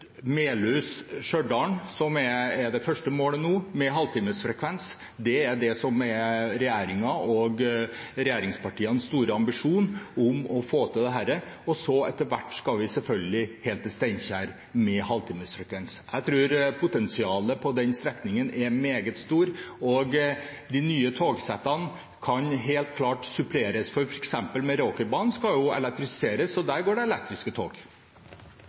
som er det første målet med halvtimesfrekvens. Det er regjeringen og regjeringspartienes store ambisjon å få til dette. Etter hvert skal vi selvfølgelig helt til Steinkjer med halvtimesfrekvens. Jeg tror potensialet på den strekningen er meget stort, og de nye togsettene kan helt klart suppleres. Meråkerbanen skal f.eks. elektrifiseres, så der går det elektriske tog.